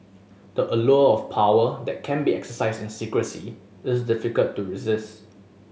the allure of power that can be exercised in secrecy is difficult to resist